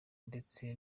ndetse